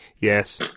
Yes